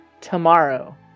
tomorrow